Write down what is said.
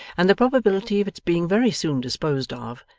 and the probability of its being very soon disposed of,